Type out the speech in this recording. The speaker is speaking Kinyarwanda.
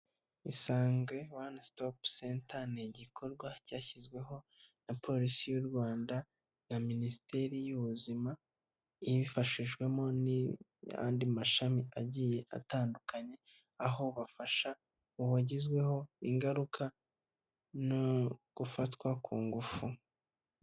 Isange one stop center ni igikorwa cyashyizweho na Polisi y'u Rwanda na Minisiteri y'ubuzima, ibifashijwemo n'andi mashami agiye atandukanye, aho bafasha uwagizweho ingaruka no gufatwa ku ngufu.